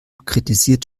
kritisiert